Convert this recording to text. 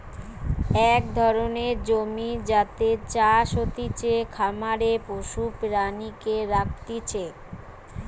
এক ধরণের জমি যাতে চাষ হতিছে, খামারে পশু প্রাণীকে রাখতিছে